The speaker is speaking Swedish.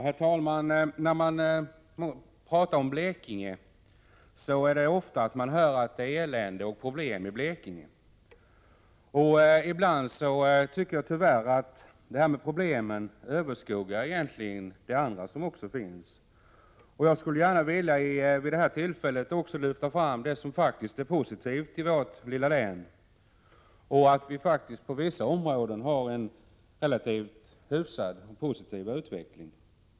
Herr talman! När det talas om Blekinge får man ofta höra att det är elände och problem där. Ibland tycker jag tyvärr att problemen överskuggar glädjeämnena, som också finns. Jag skulle gärna vid det här tillfället vilja lyfta fram det som är positivt i vårt lilla län; vi har faktiskt på vissa områden en relativt hyfsad utveckling.